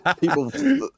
People